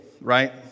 right